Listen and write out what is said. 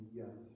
yes